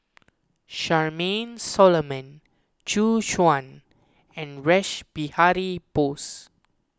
Charmaine Solomon Gu Juan and Rash Behari Bose